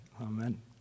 Amen